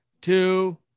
two